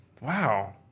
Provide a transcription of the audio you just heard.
Wow